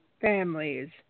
families